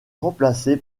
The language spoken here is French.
remplacé